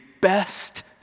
best